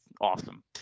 awesome